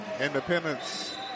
Independence